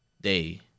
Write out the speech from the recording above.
day